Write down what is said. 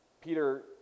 Peter